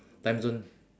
timezone